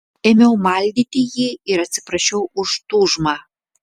ėmiau maldyti jį ir atsiprašiau už tūžmą